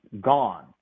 gone